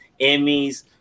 Emmys